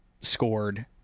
scored